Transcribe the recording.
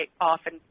often